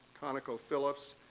conocophillips,